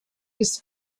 his